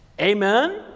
Amen